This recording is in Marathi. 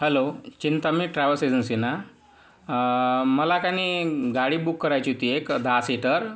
हॅलो चिंतामनी ट्रॅवल एजन्सी ना मला की नाही गाडी बुक करायची होती एक दहा सीटर